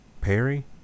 Perry